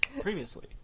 Previously